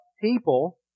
people